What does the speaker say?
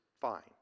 fine